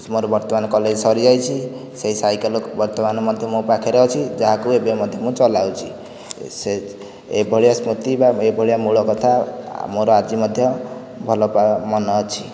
ମୋର ବର୍ତ୍ତମାନ କଲେଜ ସରିଯାଇଛି ସେଇ ସାଇକେଲ ବର୍ତ୍ତମାନ ମଧ୍ୟ ମୋ ପାଖରେ ଅଛି ଯାହାକୁ ଏବେ ମଧ୍ୟ ମୁଁ ଚଲାଉଛି ସେ ଏଭଳିଆ ସ୍ମୃତି ବା ଏଭଳିଆ ମୂଳକଥା ମୋର ଆଜି ମଧ୍ୟ ମନେଅଛି